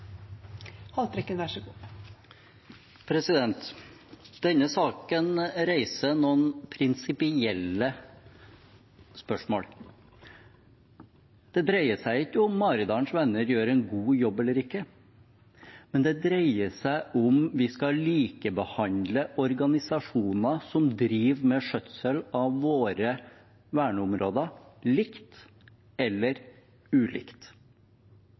Denne saken reiser noen prinsipielle spørsmål. Det dreier seg ikke om hvorvidt Maridalens Venner gjør en god jobb eller ikke, men det dreier seg om hvorvidt vi skal behandle organisasjoner som driver med skjøtsel av våre verneområder, likt eller ulikt.